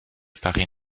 paris